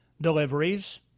deliveries